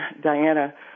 Diana